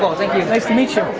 thank you. nice to meet you.